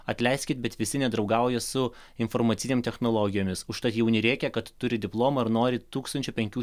atleiskit bet visi nedraugauja su informacinėm technologijomis užtat jauni rėkia kad turi diplomą ir nori tūkstančio penkių